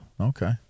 Okay